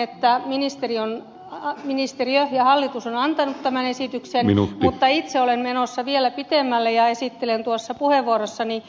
eli olen tyytyväinen että ministeriö ja hallitus on antanut tämän esityksen mutta itse olen menossa vielä pitemmälle ja esittelen tuossa puheenvuorossani